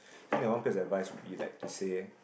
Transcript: think one piece of advise would be like to say